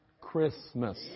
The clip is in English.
Christmas